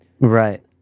Right